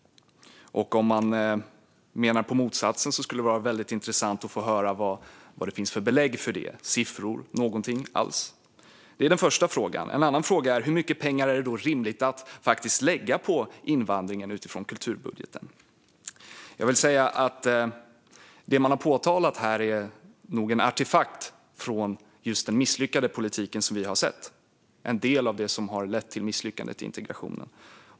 Om man menar det motsatta skulle det vara intressant att få höra vilka belägg det finns för det, siffror eller någonting alls. Det är den första frågan. En annan fråga är hur mycket pengar som är rimligt att lägga på invandringen utifrån kulturbudgeten. Det man har påpekat här är nog en artefakt från just den misslyckade politik som vi har sett och en del av det som har lett till misslyckandet med integrationen.